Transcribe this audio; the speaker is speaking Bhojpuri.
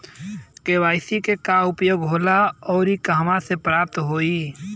माटी के उपजाऊ बनाने के लिए कौन कौन जैविक खाद का प्रयोग करल जाला?